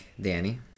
Danny